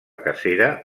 cacera